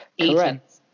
correct